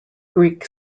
greek